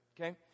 Okay